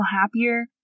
happier